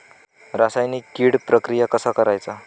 रासायनिक कीड प्रक्रिया कसा करायचा?